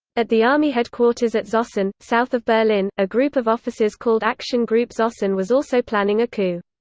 at the army headquarters at zossen, south of berlin, a group of officers called action group zossen was also planning a coup.